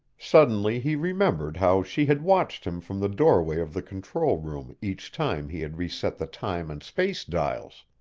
suddenly he remembered how she had watched him from the doorway of the control room each time he had reset the time and space-dials.